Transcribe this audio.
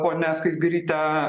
ponia skaisgiryte